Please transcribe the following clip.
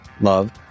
love